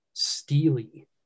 steely